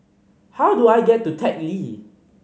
how do I get to Teck Lee